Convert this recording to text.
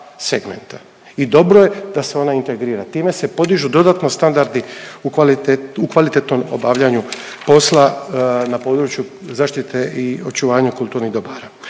segmenta i dobro je da se ona integrira. Time se podižu dodatno standardi u kvalitetnom obavljanju posla na području zaštite i očuvanja kulturnih dobara.